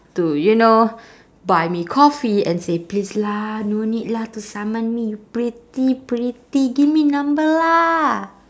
to you know buy me coffee and say please lah no need lah to saman me you pretty pretty give me number lah